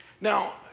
Now